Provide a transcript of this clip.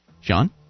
Sean